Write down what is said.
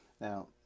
Now